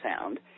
sound